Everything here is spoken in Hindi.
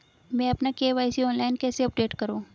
मैं अपना के.वाई.सी ऑनलाइन कैसे अपडेट करूँ?